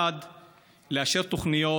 1. לאשר תוכניות,